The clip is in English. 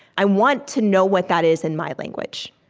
i want to know what that is, in my language.